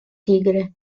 tigre